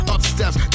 Upsteps